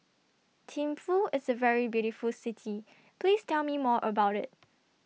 Thimphu IS A very beautiful City Please Tell Me More about IT